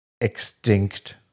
extinct